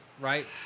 right